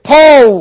Paul